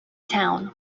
town